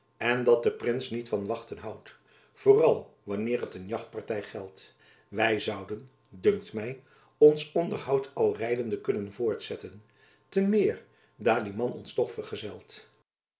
en dat de prins niet van wachten houdt vooral wanneer het een jachtparty geldt wy zouden dunkt my ons onderhoud al rijdende kunnen voortzetten te meer daar die man ons toch